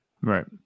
Right